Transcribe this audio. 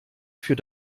für